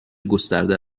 گسترده